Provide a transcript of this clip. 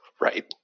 Right